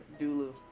Dulu